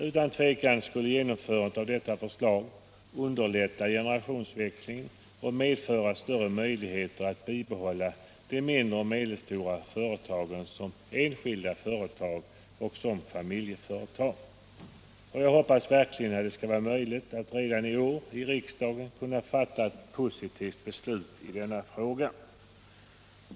Utan tvivel skulle genomförandet av detta förslag underlätta generationsväxlingen och medföra större möjligheter att bibehålla de mindre och medelstora företagen som enskilda företag och som familjeföretag. Och jag hoppas verkligen att det skall vara möjligt att redan i år i riksdagen kunna fatta ett positivt beslut i denna fråga.